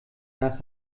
nach